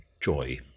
joy